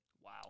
wow